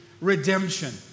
redemption